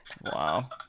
Wow